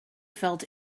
felt